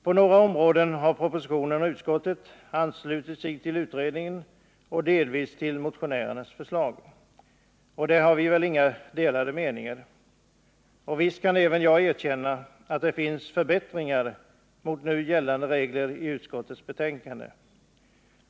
På några områden har propositionen och utskottet anslutit sig till utredningens och delvis till motionärernas förslag, och där har vi inga delade meningar. Och visst kan även jag erkänna att det finns förbättringar mot nu gällande regler i utskottets betänkande.